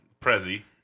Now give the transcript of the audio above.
Prezi